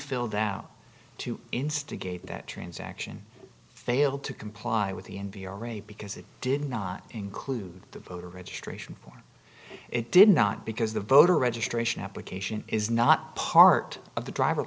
filled out to instigate that transaction failed to comply with the n p r a because it did not include the voter registration form it did not because the voter registration application is not part of the driver